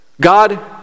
God